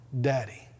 daddy